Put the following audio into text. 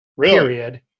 period